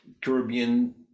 Caribbean